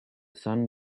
sun